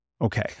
okay